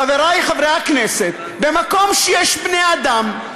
חברי חברי הכנסת, במקום שיש בני-אדם,